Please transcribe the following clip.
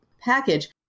package